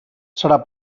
serà